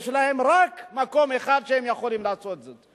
ויש להם רק מקום אחד שבו הם יכולים לעשות זאת.